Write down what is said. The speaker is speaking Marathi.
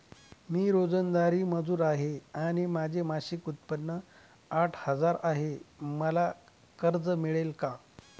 मी रोजंदारी मजूर आहे आणि माझे मासिक उत्त्पन्न आठ हजार आहे, मला कर्ज मिळेल का?